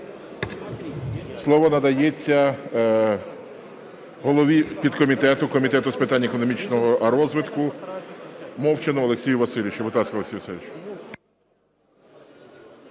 Слово надається голові підкомітету Комітет з питань економічного розвитку Мовчану Олексію Васильовичу.